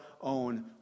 own